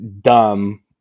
dumb